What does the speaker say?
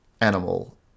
animal